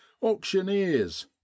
auctioneers